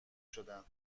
شدن